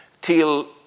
till